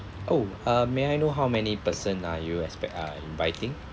oh uh may I know how many person are you expect uh inviting